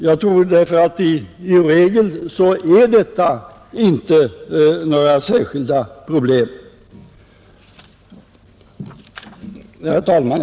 Jag tror därför att det i regel inte är några särskilda problem i detta avseende. Herr talman!